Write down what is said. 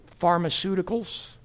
pharmaceuticals